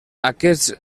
aquests